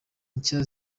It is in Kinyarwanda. nshya